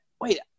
wait